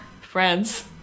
friends